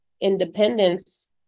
independence